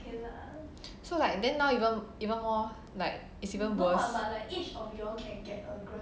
so like then now even even more like it's even worse